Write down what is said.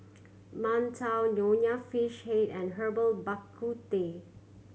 Mantou Nonya Fish Head and Herbal Bak Ku Teh